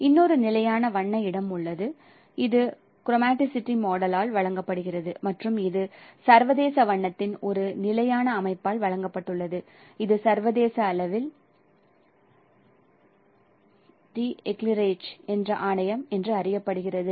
இன்னொரு நிலையான வண்ண இடம் உள்ளது இது குரோமாட்டிசிட்டி மாடல்ஆல் வழங்கப்பட்டுள்ளது மற்றும் இது சர்வதேச வண்ணத்தின் ஒரு நிலையான அமைப்பால் வழங்கப்பட்டுள்ளது இது சர்வதேச அளவில் டி ஐஇக்லேரேஜ்I'Eclairage என்று ஆணையம் என்று அறியப்படுகிறது